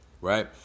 right